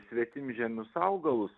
svetimžemius augalus